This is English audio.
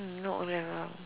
no O-level